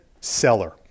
seller